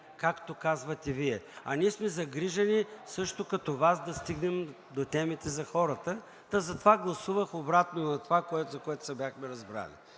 както казвате Вие. А ние сме загрижени също като Вас да стигнем до темите за хората, та затова гласувах обратно на това, за което се бяхме разбрали.